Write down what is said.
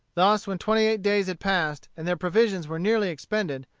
thus, when twenty-eight days had passed, and their provisions were nearly expended,